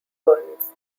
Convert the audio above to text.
burns